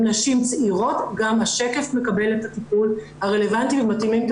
נשים צעירות גם השקף מקבל את הטיפול הרלוונטי ומתאימים את